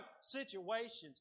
situations